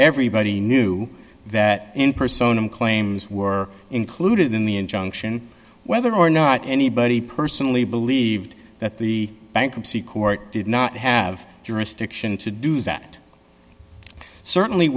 everybody knew that persona claims were included in the injunction whether or not anybody personally believed that the bankruptcy court did not have jurisdiction to do that certainly